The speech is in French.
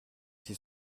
qui